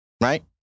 Right